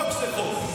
חוק זה חוק.